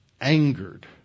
angered